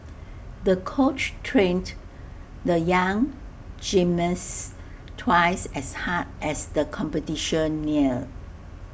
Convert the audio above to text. the coach trained the young gymnast twice as hard as the competition neared